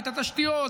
את התשתיות,